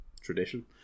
tradition